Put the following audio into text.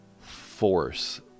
force